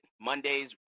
Mondays